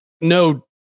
no